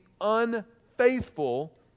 unfaithful